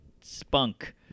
spunk